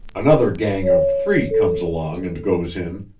another gang of three comes along and goes in,